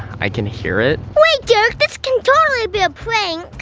i can hear it. wait derek, this can totally be a prank!